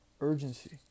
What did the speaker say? urgency